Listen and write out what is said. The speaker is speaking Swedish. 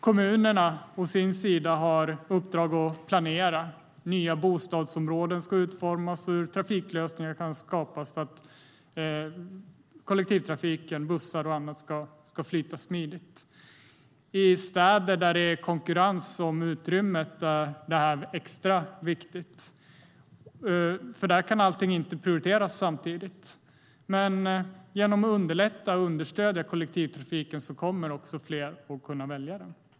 Kommunerna, å sin sida, har uppdrag att planera hur nya bostadsområden ska utformas och hur trafiklösningar kan skapas för att kollektivtrafiken, bussar och annat, ska flyta smidigt. I städer där det är konkurrens om utrymmet är det här extra viktigt. Där kan inte allting prioriteras samtidigt. Men genom att underlätta och understödja kollektivtrafiken kommer fler att kunna välja den.